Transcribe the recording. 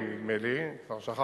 6.40, נדמה לי, כבר שכחנו,